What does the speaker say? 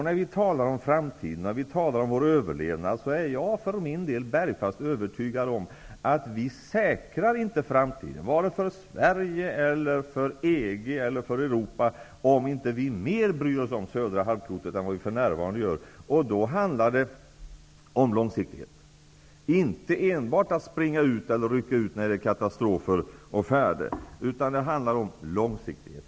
När vi talar om framtiden och vår överlevnad, är jag för min del bergfast övertygad om, att vi säkrar inte framtiden för vare sig Sverige, EG eller Europa om vi inte bryr oss mer om södra halvklotet än vad vi för närvarande gör. Det handlar om långsiktighet. Det handlar inte enbart om att rycka ut vid katastrofer.